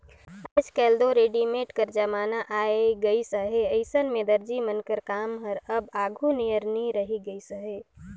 आएज काएल दो रेडीमेड कर जमाना आए गइस अहे अइसन में दरजी मन कर काम हर अब आघु नियर नी रहि गइस अहे